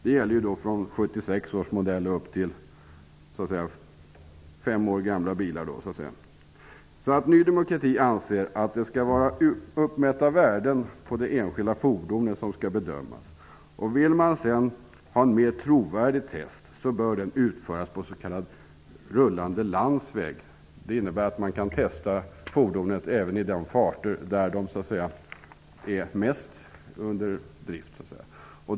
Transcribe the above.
Det gäller bilar från 1976 års årsmodell till fem år gamla bilar. Ny demokrati anser att det skall vara uppmätta värden på det enskilda fordonet som skall bedömas. Om man sedan vill ha en mer trovärdig test, bör den utföras på s.k. rullande landsväg. Det innebär att man kan testa ett fordon även i de hastigheter där de så att säga mest är under drift.